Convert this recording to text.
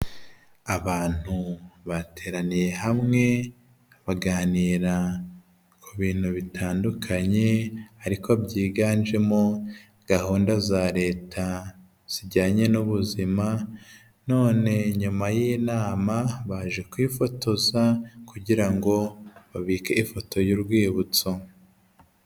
Abantu bateraniye hamwe baganira ku bintu bitandukanye ariko byiganjemo gahunda za leta zijyanye n'ubuzima, none nyuma y'inama baje kwifotoza kugira ngo babike ifoto y'urwibutso.